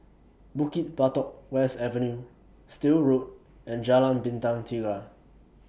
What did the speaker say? Bukit Batok West Avenue Still Road and Jalan Bintang Tiga